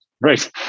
right